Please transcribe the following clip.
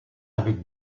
avec